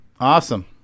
awesome